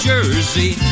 Jersey